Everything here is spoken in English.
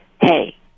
hey